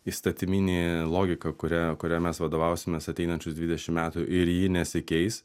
įstatyminė logika kuria kuria mes vadovausimės ateinančius dvidešim metų ir ji nesikeis